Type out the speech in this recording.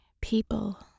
people